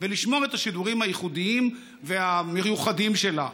ולשמור את השידורים הייחודיים והמיוחדים שלה.